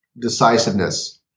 decisiveness